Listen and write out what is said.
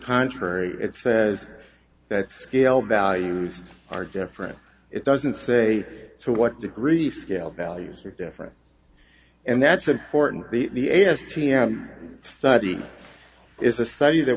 contrary it says that scale values are different it doesn't say to what degree scale values are different and that's important the study is a study that